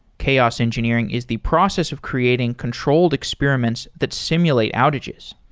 chaos engineering is the process of creating controlled experiments that simulate outages.